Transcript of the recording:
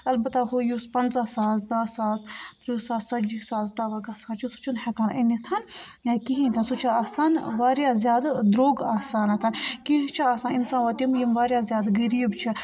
البتہ ہُہ یُس پَنٛژاہ ساس دَہ ساس تٕرٛہ ساس ژَتجی ساس دَوا گژھان چھُ سُہ چھُنہٕ ہٮ۪کان أنِتھ یا کِہیٖنۍ تہِ نہٕ سُہ چھُ آسان واریاہ زیادٕ درٛوگ آسانَتھ کیٚنٛہہ چھِ آسان اِنسان وَ یِم واریاہ زیادٕ غریٖب چھِ